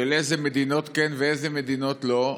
של איזה מדינות כן ואיזו מדינות לא?